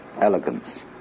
elegance